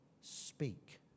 Speak